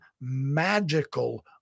magical